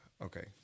Okay